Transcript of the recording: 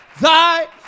thy